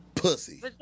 Pussy